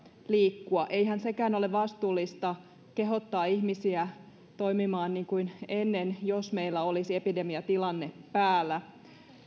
liikkua eihän sekään ole vastuullista kehottaa ihmisiä toimimaan niin kuin ennen jos meillä olisi epidemiatilanne päällä